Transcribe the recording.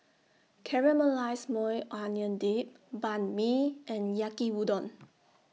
Caramelized Maui Onion Dip Banh MI and Yaki Udon